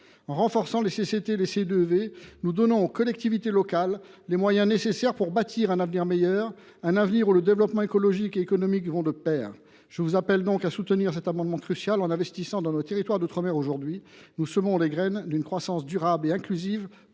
En renforçant les CCT et les CDEV, nous donnons aux collectivités locales les moyens nécessaires pour bâtir un avenir meilleur, où développements écologique et économique vont de pair. Je vous appelle donc à soutenir cet amendement crucial en investissant dans nos territoires d’outre mer. Nous semons aujourd’hui les graines d’une croissance durable et inclusive